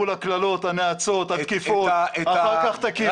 מול הקללות, הנאצות, התקיפות, אחר כך תטיף לי.